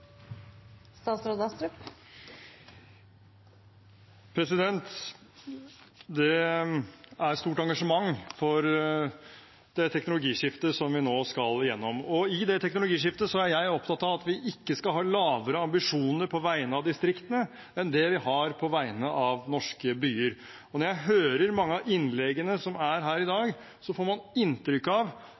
stort engasjement for det teknologiskiftet som vi nå skal igjennom. I det teknologiskiftet er jeg opptatt av at vi ikke skal ha lavere ambisjoner på vegne av distriktene enn det vi har på vegne av norske byer. Når jeg hører mange av innleggene som er her i dag, får man inntrykk av